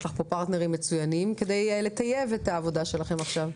יש לך פה פרטנרים מצוינים כדי לטייב את העבודה שלכם עכשיו.